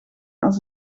als